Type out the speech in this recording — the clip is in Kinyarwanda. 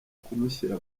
kumushyira